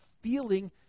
feeling